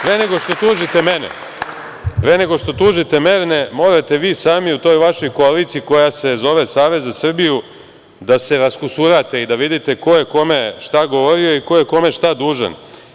Pre nego što tužite mene, morate vi sami u toj vašoj koaliciji koja se zove Savez za Srbiju da se raskusurate i da vidite ko je kome šta govorio i ko je kome šta dužan.